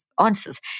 answers